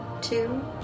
two